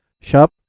Shop